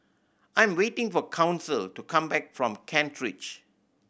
I am waiting for Council to come back from Kent Ridge